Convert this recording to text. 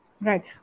Right